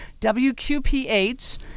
WQPH